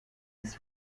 his